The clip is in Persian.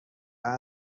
ﺑﻌﻀﯽ